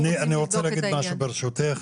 אני רוצה להגיד משהו ברשותך,